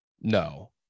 No